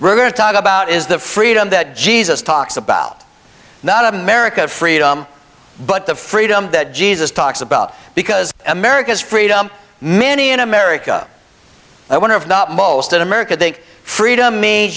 we're going to talk about is the freedom that jesus talks about not america freedom but the freedom that jesus talks about because america's freedom many in america i wonder if not most of america think freedom m